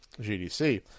GDC